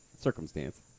circumstance